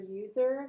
user